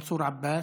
הכנסת מנסור עבאס,